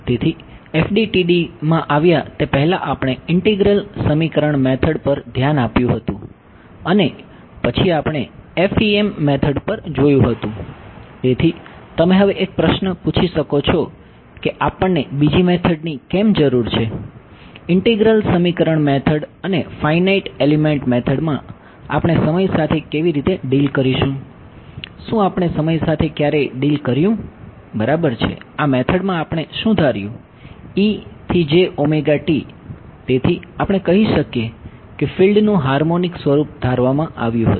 તેથી FDTDમાં આવ્યા તે પહેલાં આપણે ઇન્ટિગ્રલ ધારવામાં આવ્યું હતું